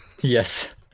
Yes